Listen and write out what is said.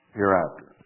hereafter